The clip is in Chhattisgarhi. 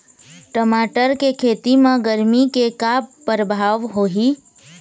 टमाटर के खेती म गरमी के का परभाव होही?